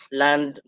land